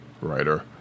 writer